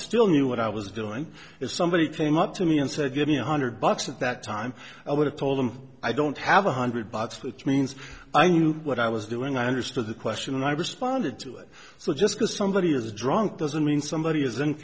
knew what i was doing if somebody came up to me and said give me a hundred bucks at that time i would've told them i don't have a hundred bucks which means i knew what i was doing i understood the question and i responded to it so just because somebody is drunk doesn't mean somebody is